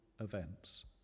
events